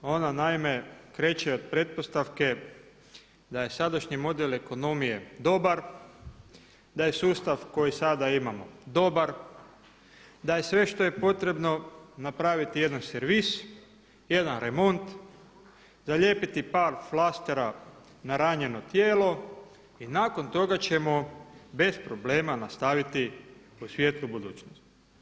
Ona naime kreće od pretpostavke da je sadašnji model ekonomije dobar, da je sustav koji sada imamo dobar, da je sve što je potrebno napraviti jedan servis, jedan remont, zalijepiti par flastera na ranjeno tijelo i nakon toga ćemo bez problema nastaviti u svijetlu budućnost.